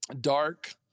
dark